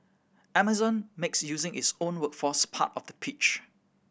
amazon makes using its own workforce part of the pitch